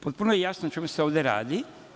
Potpuno je jasno o čemu se ovde radi.